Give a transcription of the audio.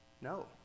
No